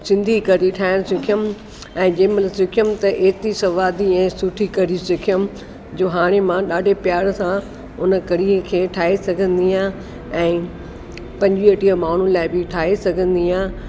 सिंधी कढ़ी ठाहिणु सिखियमि ऐं जेमहिल सिखियमि त एतिरी सवादी ऐं सुठी कढ़ी सिखियमि जो हाणे मां ॾाढे प्यार सां उन कड़ीअ खे ठाहे सघंदी आहियां ऐं पंजुवीह टीह माण्हुनि लाइ बि ठाहे सघंदी आहियां